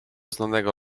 znanego